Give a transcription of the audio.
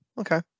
Okay